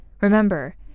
Remember